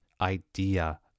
idea